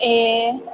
ए